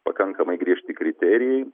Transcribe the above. pakankamai griežti kriterijai